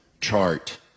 chart